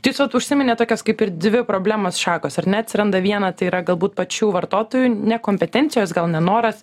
jūs vat užsiminėt tokios kaip ir dvi problemos šakos ar ne atsiranda viena tai yra galbūt pačių vartotojų nekompetencijos gal nenoras